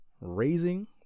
raising